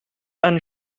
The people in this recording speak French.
anne